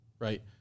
right